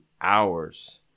hours